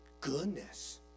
goodness